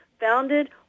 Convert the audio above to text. founded